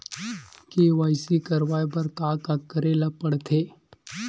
KYC करवाय बर का का करे ल पड़थे?